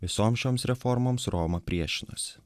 visoms šioms reformoms roma priešinasi